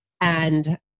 And-